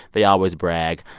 they always brag.